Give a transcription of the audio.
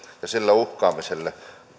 ja sillä uhkaamiselle